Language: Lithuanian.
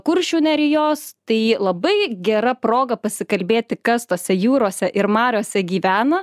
kuršių nerijos tai labai gera proga pasikalbėti kas tose jūrose ir mariose gyvena